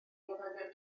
ddefnyddio